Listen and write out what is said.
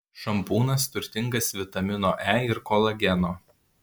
šampūnas turtingas vitamino e ir kolageno